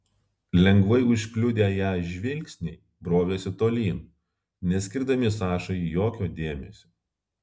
lengvai užkliudę ją žvilgsniai brovėsi tolyn neskirdami sašai jokio dėmesio